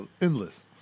endless